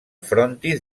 frontis